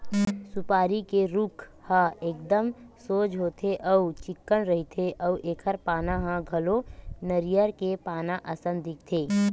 सुपारी के रूख ह एकदम सोझ होथे अउ चिक्कन रहिथे अउ एखर पाना ह घलो नरियर के पाना असन दिखथे